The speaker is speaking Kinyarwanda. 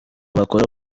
bakora